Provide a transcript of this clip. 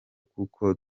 kuko